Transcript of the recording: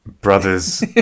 brothers